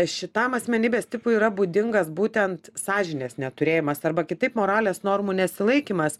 šitam asmenybės tipui yra būdingas būtent sąžinės neturėjimas arba kitaip moralės normų nesilaikymas